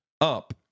up